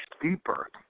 deeper